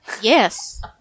Yes